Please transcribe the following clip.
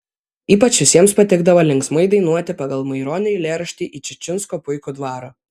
ypač visiems patikdavo linksmai dainuoti pagal maironio eilėraštį į čičinsko puikų dvarą